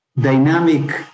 dynamic